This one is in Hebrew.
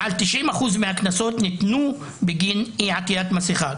מעל 90% מהקנסות ניתנו בגין אי-עטיית מסכה.